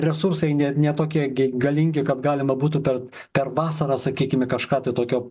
resursai ne ne tokie ge galingi kad galima būtų tad per per vasarą sakykim kažką tai tokio